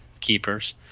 keepers